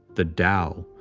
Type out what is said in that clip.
the tao,